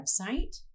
website